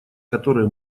которые